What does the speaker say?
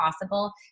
possible